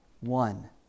one